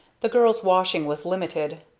the girls' washing was limited.